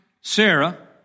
Sarah